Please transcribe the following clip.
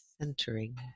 centering